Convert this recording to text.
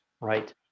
right